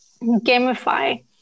gamify